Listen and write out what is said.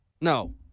No